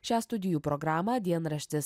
šią studijų programą dienraštis